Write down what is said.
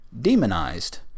demonized